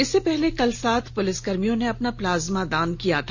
इससे पहले कल सात पुलिसकर्मियों ने अपना प्लाज्मा दान किया था